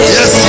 Yes